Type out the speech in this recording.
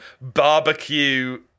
barbecue